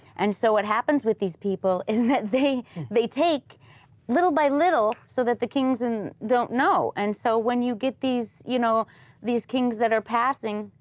and so what happens with these people is that they they take little by little so that the kings and don't know. and so when you get these you know these kings that are passing,